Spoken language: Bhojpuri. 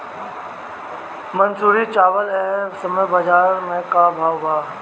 मंसूरी चावल एह समय बजार में का भाव बा?